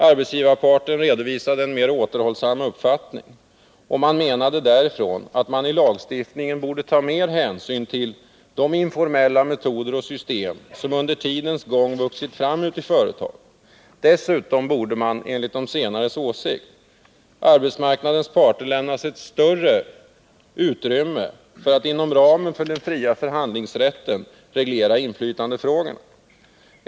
Arbetsgivarparten redovisade — defrågor m.m. en mer återhållsam uppfattning och menade att man i lagstiftningen borde ta mer hänsyn till de informella metoder och system som under tidens gång vuxit fram ute i företagen. Dessutom borde, enligt de senares åsikt, arbetsmarknadens parter lämnas större utrymme att inom ramen för den fria förhandlingsrätten reglera inflytandefrågorna.